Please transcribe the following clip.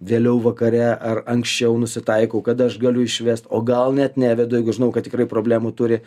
vėliau vakare ar anksčiau nusitaikau kada aš galiu išvest o gal net nevedu jeigu žinau kad tikrai problemų turi